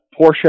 Porsche